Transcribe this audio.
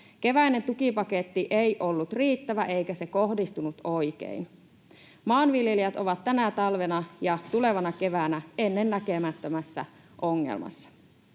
Keväinen tukipaketti ei ollut riittävä, eikä se kohdistunut oikein. Maanviljelijät ovat tänä talvena ja tulevana keväänä ennennäkemättömässä ongelmassa.